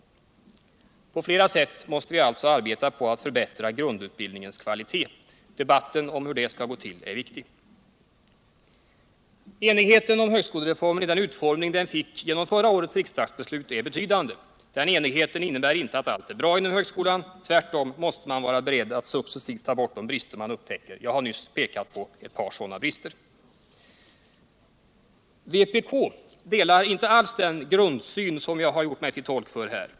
På flera sätt måste vi alltså arbeta på att förbättra grundutbildningens kvalitet. Debatten om hur det skall gå till är viktig. Enigheten om högskolereformen i den utformning den fick genom förra årets riksdagsbeslut är betydande. Den enigheten innebär inte att allt är bra inom högskolan. Tvärtom måste man vara beredd att successivt ta bort de brister man upptäcker. Jag har nyss pekat på några sådana brister. Vpk delar inte alls den grundsyn som jag här gjort mig till tolk för.